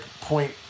point